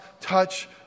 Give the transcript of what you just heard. touch